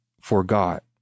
forgot